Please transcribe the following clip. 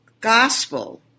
gospel